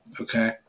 okay